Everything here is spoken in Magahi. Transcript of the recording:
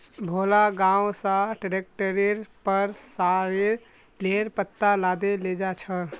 भोला गांव स ट्रैक्टरेर पर सॉरेलेर पत्ता लादे लेजा छ